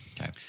Okay